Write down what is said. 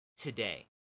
today